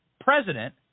president